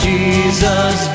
Jesus